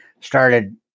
started